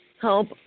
help